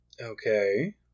Okay